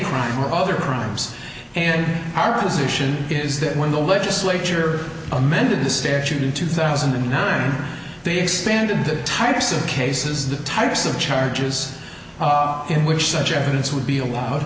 crime or other crimes and our position is that when the legislature amended the statute in two thousand and nine they expanded the types of cases the types of charges in which such evidence would be allowed